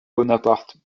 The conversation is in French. bonaparte